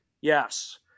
Yes